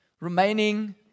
remaining